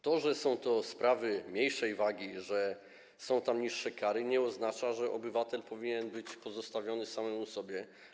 To, że są to sprawy mniejszej wagi i że są tam niższe kary, nie oznacza, że obywatel powinien być pozostawiony samemu sobie.